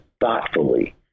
thoughtfully